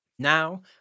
Now